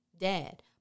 dad